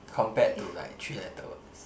compared to like three letter words